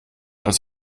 als